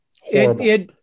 Horrible